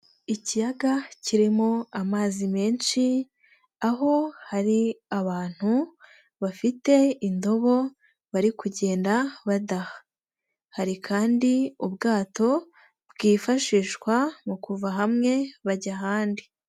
Ikiyaga kirimo amazi menshi, aho hari abantu bafite indobo bari kugenda badaha. Hari kandi ubwato bwifashishwa mu kuva hamwe bajya ahandi.